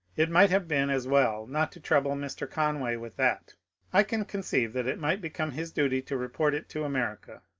it might have been as well not to trouble mr. conway with that i can conceive that it might become his duty to report it to america.